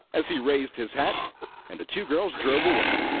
as he raised his hat and the two girls drove away.